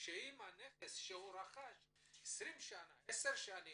אם הנכס שהוא רכש רשום על שמו.